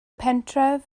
pentref